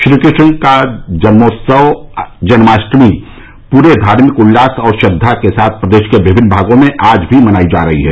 श्रीकृष्ण का जन्मोत्सव जन्माष्टमी पूरे धार्मिक उल्लास और श्रद्वा के साथ प्रदेश के विभिन्न भागों में आज भी मनायी जा रही है